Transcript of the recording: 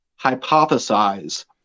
hypothesize